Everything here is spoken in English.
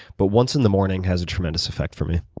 but once in the morning has a tremendous effect for me.